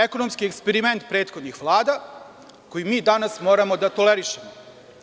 Ekonomski eksperiment prethodnih vlada, koji mi danas moramo da tolerišemo.